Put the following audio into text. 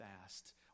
fast